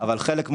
אבל חלק,